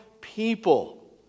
people